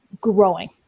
growing